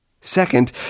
Second